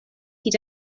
hyd